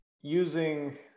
Using